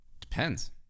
Depends